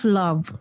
love